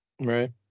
Right